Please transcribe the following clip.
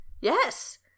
Yes